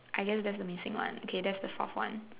I guess that's the missing one K that's the forth one